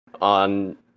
on